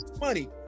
money